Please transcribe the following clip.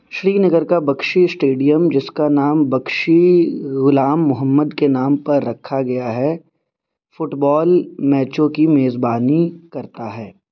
شری نگر کا بخشی اسٹیڈیم جس کا نام بخشی غلام محمد کے نام پر رکھا گیا ہے فٹ بال میچوں کی میزبانی کرتا ہے